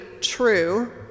true